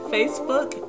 Facebook